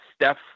Steph